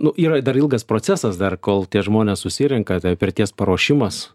nu yra dar ilgas procesas dar kol tie žmonės susirenka tai pirties paruošimas